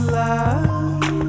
love